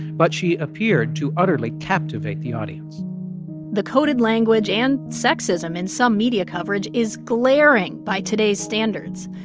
but she appeared to utterly captivate the audience the coded language and sexism in some media coverage is glaring by today's standards.